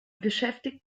beschäftigt